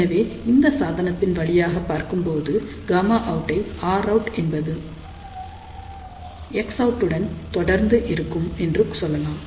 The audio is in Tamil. எனவே இந்த சாதனத்தின் வழியாகப் பார்க்கும்போது Γ அவுட்டை Rout என்பது Xout உடன் தொடர்ந்து இருக்கும் என்று சொல்லலாம்